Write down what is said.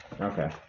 Okay